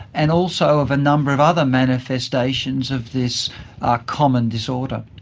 and also of a number of other manifestations of this common disorder.